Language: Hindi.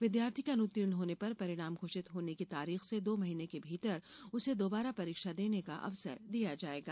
विद्यार्थी के अनुत्तीर्ण होने पर परिणाम घोषित होने की तारीख से दो महीने के भीतर उसे दोबारा परीक्षा देने का अवसर दिया जायेगा